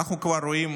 ואנחנו כבר רואים